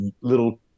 little